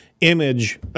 image